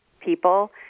people